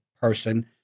person